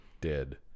dead